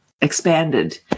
expanded